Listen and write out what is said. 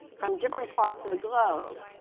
from different parts of the globe,